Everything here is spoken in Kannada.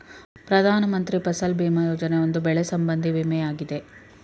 ಪ್ರಧಾನ ಮಂತ್ರಿ ಫಸಲ್ ಭೀಮಾ ಯೋಜನೆ, ಒಂದು ಬೆಳೆ ಸಂಬಂಧಿ ವಿಮೆಯಾಗಿದೆ